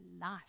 life